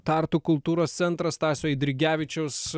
tartu kultūros centro stasio eidrigevičiaus